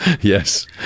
yes